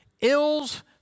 ills